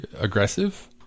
aggressive